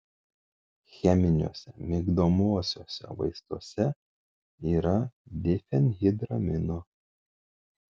cheminiuose migdomuosiuose vaistuose yra difenhidramino